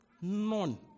none